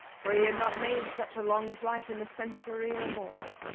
for he had not made such a long flight in a century, or more.